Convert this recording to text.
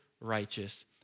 righteous